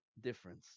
difference